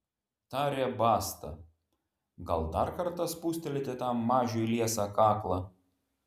tarė basta gal dar kartą spustelėti tam mažiui liesą kaklą